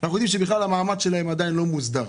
אנחנו יודעים שהמעמד שלהם עדיין לא מוסדר.